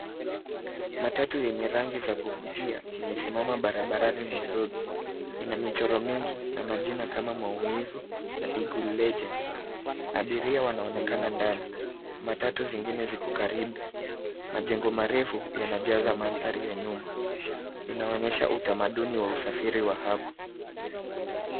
Matatu yenye rangi za kuvutia imesimama barabarani Nairobi. Ina michoro mingi na majina kama maumivu na Ikuu legend . Abiria wanaonekana ndani. Matatu zingine ziko karibu. Majengo marefu yanajaza mandhari ya nyuma. Inaonyesha utamaduni wa usafiri wa hapa.